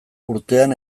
urtean